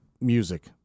music